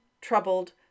troubled